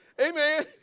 amen